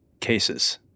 cases